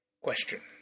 Question